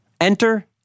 Enter